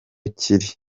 kiri